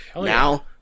Now